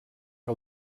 que